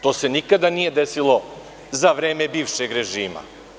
To se nikada nije desilo za vreme bivšeg režima.